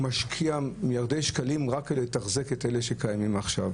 הוא משקיע מיליארדי שקלים רק כדי לתחזק את אלה שישנם עכשיו.